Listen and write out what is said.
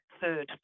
third